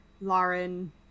Lauren